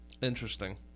interesting